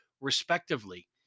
respectively